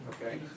okay